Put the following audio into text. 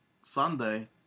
Sunday